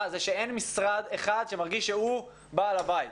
זה שאין משרד אחד שמרגיש שהוא בעל הבית.